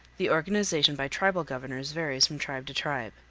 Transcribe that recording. the organization by tribal governors varies from tribe to tribe.